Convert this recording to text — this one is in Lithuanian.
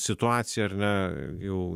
situaciją ar ne jau